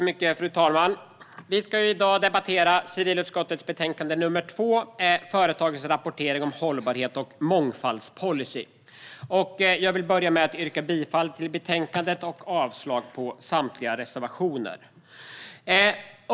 Fru talman! Vi debatterar i dag civilutskottets betänkande nr 2 Företa gens rapportering om hållbarhet och mångfaldspolicy . Jag vill börja med att yrka bifall till förslaget i betänkandet och avslag på samtliga reservationer.